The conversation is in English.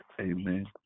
amen